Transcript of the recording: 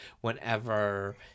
whenever